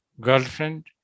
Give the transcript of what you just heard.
girlfriend